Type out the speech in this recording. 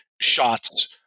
shots